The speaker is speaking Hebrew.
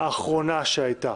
האחרונה שהייתה.